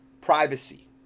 privacy